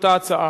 אותה הצעה.